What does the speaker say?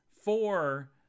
four